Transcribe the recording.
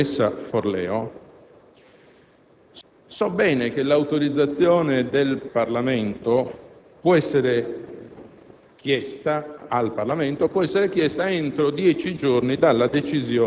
Tornando però all'ordinanza della dottoressa Forleo, so bene che l'autorizzazione al Parlamento può essere